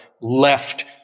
left